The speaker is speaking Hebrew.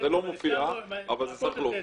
זה לא מופיע, אבל זה צריך להופיע.